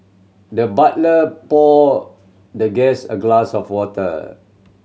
the butler poured the guest a glass of water